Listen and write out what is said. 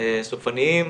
מטופלים סופניים,